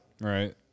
Right